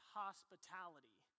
hospitality